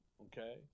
Okay